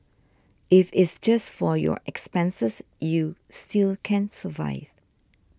if it's just for your expenses you still can survive